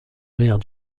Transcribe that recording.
mère